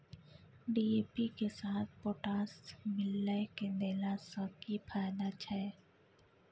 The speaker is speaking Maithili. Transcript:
डी.ए.पी के साथ पोटास मिललय के देला स की फायदा छैय?